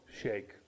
shake